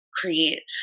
create